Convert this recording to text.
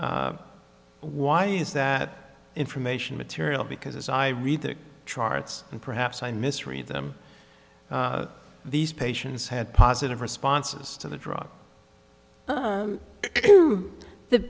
a why is that information material because as i read the charts and perhaps i misread them these patients had positive responses to the drug